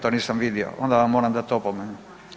To nisam vidio, onda vam moram dati opomenu.